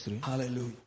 Hallelujah